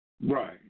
Right